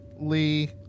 Lee